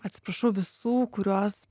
atsiprašau visų kuriuos